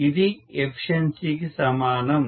ఇది ఎఫిషియన్సికి సమానం